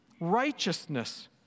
righteousness